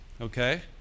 Okay